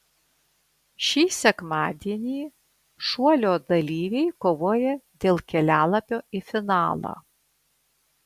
šį sekmadienį šuolio dalyviai kovoja dėl kelialapio į finalą